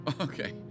Okay